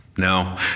No